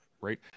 right